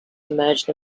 emerged